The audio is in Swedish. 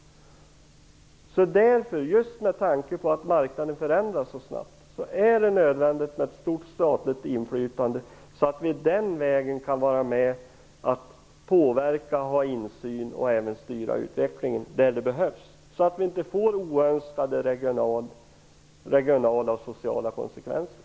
Just med tanke på att marknaden förändras så snabbt är det nödvändigt med ett stort statligt inflytande, så att vi den vägen kan vara med och påverka, ha insyn och även styra utvecklingen där det behövs, så att det inte uppstår oönskade regionala och sociala konsekvenser.